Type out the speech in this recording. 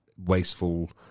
wasteful